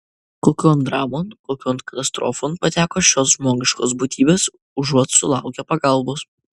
kokion dramon kokion katastrofon pateko šios žmogiškos būtybės užuot sulaukę pagalbos